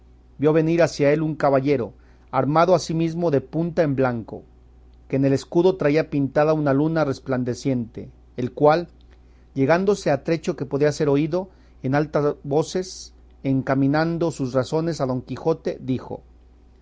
vio venir hacía él un caballero armado asimismo de punta en blanco que en el escudo traía pintada una luna resplandeciente el cual llegándose a trecho que podía ser oído en altas voces encaminando sus razones a don quijote dijo